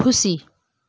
खुसी